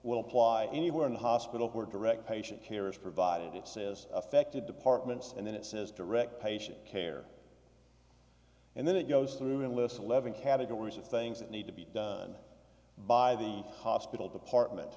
will ply anywhere in the hospital where direct patient care is provided it says affected departments and then it says direct patient care and then it goes through a list of eleven categories of things that need to be done by the hospital department